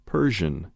Persian